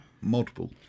Multiple